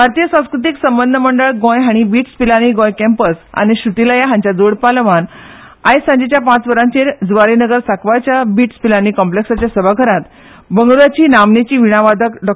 भारतीय संस्कृतीक संबंद मंडळ गोंय हांणी बिट्स पिलानी गोंय कॅम्पस आनी श्रतीलया हांच्या जोड पालवान फाल्यां सांजेच्या पांच वरांचेर जुवारी नगर सांकवाळच्या बिट्स पिलानी कॅम्पसाच्या सभाघरांत बंगळुरूची नामनेची विणावादक डॉ